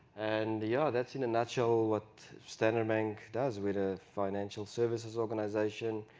and yeah, that's in a nutshell what standard bank does with ah financial services organization.